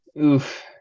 Oof